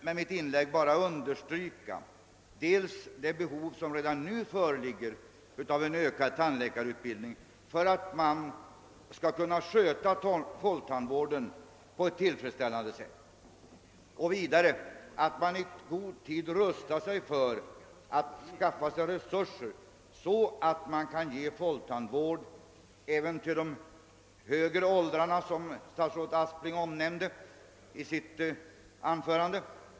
Med mitt inlägg vill jag bara understryka dels det behov som redan nu föreligger av en ökad tandläkarutbildning för att man skall kunna sköta folktandvården på ett tillfredsställande sätt, dels att man i god tid rustar för att skaffa sig resurser så att man kan ge folktandvård även till de högre åldrarna, som statsrådet Aspling omnämnde i sitt anförande.